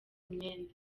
imyenda